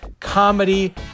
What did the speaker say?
comedy